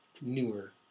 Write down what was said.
newer